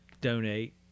Donate